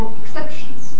exceptions